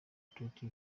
authority